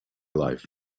life